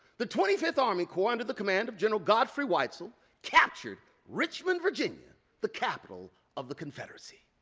the twenty fifth army corps under the command of general godfrey weitzel captured richmond, virginia the capital of the confederacy.